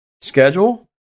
schedule